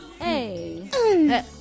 Hey